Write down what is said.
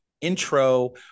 intro